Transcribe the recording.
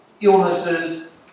illnesses